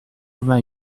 vingt